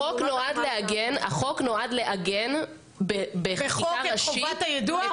החוק נועד להגן בחקיקה ראשית על חובת היידוע.